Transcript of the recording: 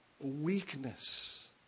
weakness